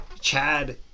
Chad